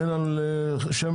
אין מכס על שמן?